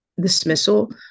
dismissal